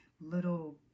little